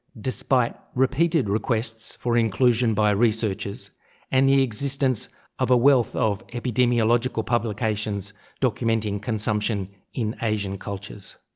despite repeated requests for inclusion by researchers and the existence of a wealth of epidemiological publications documenting consumption in asian cultures.